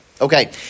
Okay